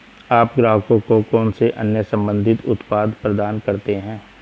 आप ग्राहकों को कौन से अन्य संबंधित उत्पाद प्रदान करते हैं?